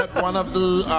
one of the